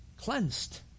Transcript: cleansed